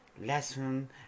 lesson